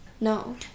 No